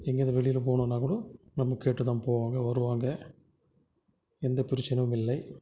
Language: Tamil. எங்கேயாவது வெளியில் போகணும்னா கூட நம்ம கேட்டு தான் போவாங்க வருவாங்க எந்த பிரச்சினையும் இல்லை